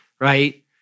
right